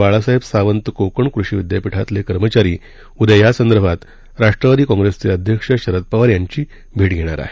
बाळासाहेब कोकण कृषी विद्यापीठातले कर्मचारी उद्या यासंदर्भात राष्ट्रवादी कॉंप्रेसचे अध्यक्ष शरद पवार यांची भेट घेणार आहेत